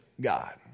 God